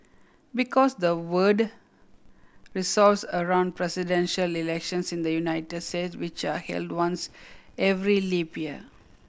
because the world resolves around presidential elections in the United States which are held once every leap year